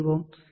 కాబట్టి 35